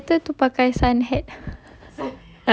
ya I think better to pakai sun hat